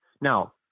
Now